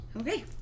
Okay